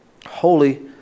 Holy